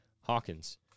Hawkins